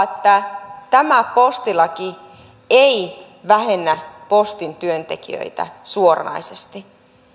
että tämä postilaki ei vähennä postin työntekijöitä suoranaisesti